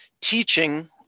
teaching